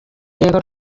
yego